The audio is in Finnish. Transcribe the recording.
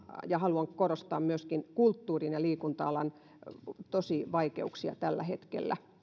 ja haluan korostaa myöskin kulttuuri ja liikunta alan tosi vaikeuksia tällä hetkellä